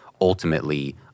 ultimately